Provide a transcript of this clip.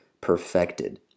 perfected